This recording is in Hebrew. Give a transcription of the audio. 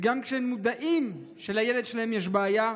וגם כשהם מודעים שלילד שלהם יש בעיה,